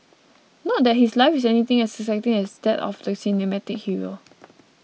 not that his life is anything as exciting as that of the cinematic hero